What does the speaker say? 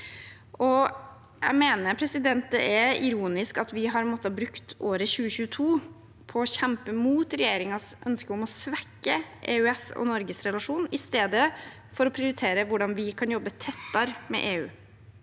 EU. Jeg mener det er ironisk at vi har måttet bruke året 2022 på å kjempe mot regjeringens ønske om å svekke EØS og Norges relasjon i stedet for å prioritere hvordan vi kan jobbe tettere med EU.